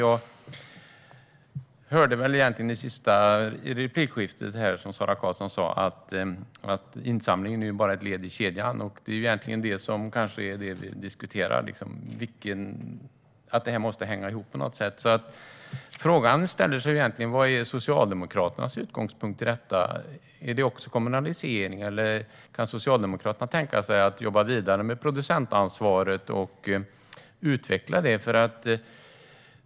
I det sista replikskiftet hörde jag Sara Karlsson säga att insamlingen bara är ett led i kedjan. Egentligen är det kanske det som vi diskuterar - att detta måste hänga ihop på något sätt. Frågan blir: Vad är Socialdemokraternas utgångspunkt i detta? Är det kommunalisering, eller kan Socialdemokraterna tänka sig att jobba vidare med producentansvaret och utveckla det?